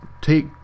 take